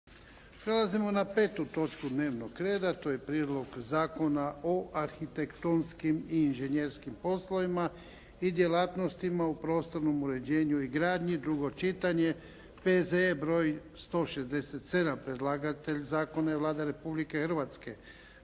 Ivan (HDZ)** To je: - Konačni prijedlog zakona o arhitektonskim i inženjerskim poslovima i djelatnostima u prostornom uređenju i gradnji, drugo čitanje, P.Z.E. br. 167 Predlagatelj zakona je Vlada Republike Hrvatske.